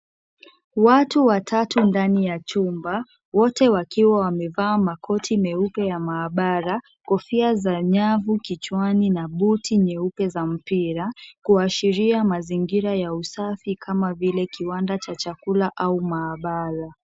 Watu watatu ndani ya chumba. Wote wakiwa wamevaa makoti meupe ya maabara, kofia za nyavu kichwani na buti nyeupe za mpira, kuashiria mazingira ya usafi kama vile, kiwanda cha chakula au maabara.